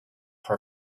her